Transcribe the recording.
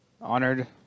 Honored